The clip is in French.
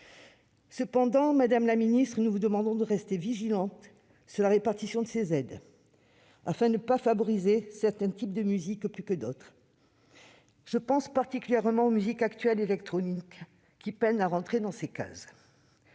Cependant, madame la ministre, nous vous demandons de rester vigilante sur la répartition de ces aides, afin de ne pas favoriser certains types de musique plus que d'autres. Je pense particulièrement aux musiques actuelles et électroniques, qui peinent à entrer dans les cases,